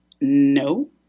No